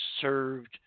served